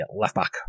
left-back